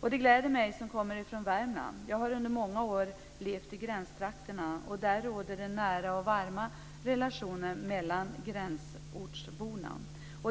Det gläder mig som kommer från Värmland. Jag har i många år levt i gränstrakterna. Där råder det nära och varma relationer mellan gränsortsborna.